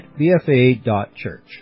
bfa.church